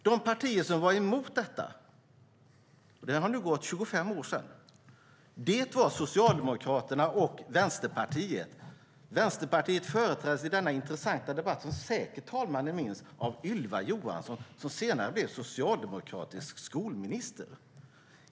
De partier som var emot detta - det är nu 25 år sedan - var Socialdemokraterna och Vänsterpartiet. Vänsterpartiet företräddes i denna intressanta debatt, som talmannen säkert minns, av Ylva Johansson som senare blev socialdemokratisk skolminister.